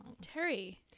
Terry